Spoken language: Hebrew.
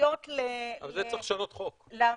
סמכויות למחוזי.